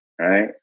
right